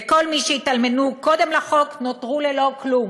וכל מי שהתאלמנו קודם לחוק, נותרו ללא כלום.